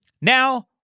Now